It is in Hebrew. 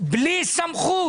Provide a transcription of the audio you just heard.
בלי סמכות